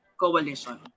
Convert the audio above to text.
coalition